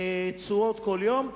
שמפרסמים תשואות כל יום,